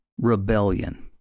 rebellion